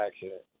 accident